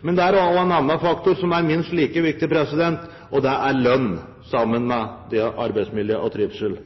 Men det er en annen faktor som er minst like viktig, og det er lønn, sammen med arbeidsmiljø og trivsel.